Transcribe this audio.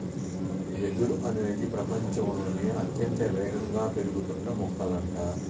వెదురు అనేది ప్రపచంలోనే అత్యంత వేగంగా పెరుగుతున్న మొక్కలంట